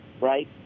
right